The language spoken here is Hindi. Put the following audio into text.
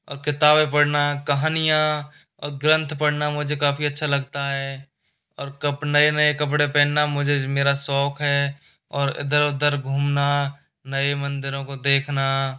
और किताबें पढ़ना कहानियाँ और ग्रंथ पढ़ना मुझे काफ़ी अच्छा लगता है और कब कप नए नए कपड़े पहनना मुझे मेरा शौक है और इधर उधर घूमना नए मंदिरों को देखना